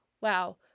wow